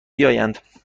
بیایند